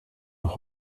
noch